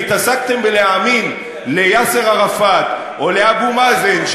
והתעסקתם בלהאמין ליאסר ערפאת או לאבו מאזן,